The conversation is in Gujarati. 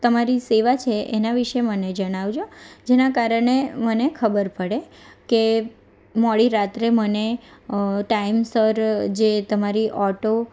તમારી સેવા છે એના વિશે મને જણાવજો જેના કારણે મને ખબર પડે કે મોડી રાત્રે મને ટાઈમસર જે તમારી ઓટો